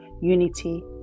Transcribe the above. unity